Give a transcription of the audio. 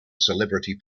celebrity